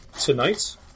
Tonight